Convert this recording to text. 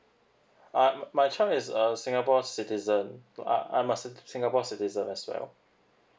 uh my child is a singapore citizen uh I'm a singapore citizen as well